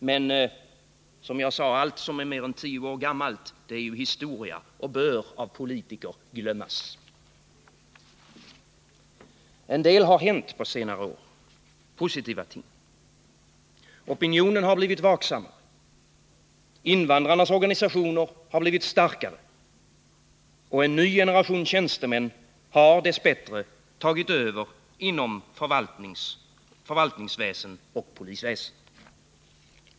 Men, som jag sade, allt som är mer än tio år gammalt är ju historia och bör av politiker glömmas. En del positiva ting har dock hänt på senare år. Opinionen har blivit vaksammare. Invandrarnas organisationer har blivit starkare och en ny generation tjänstemän har dess bättre tagit över inom förvaltning och polisväsen.